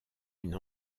une